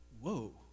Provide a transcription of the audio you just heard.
Whoa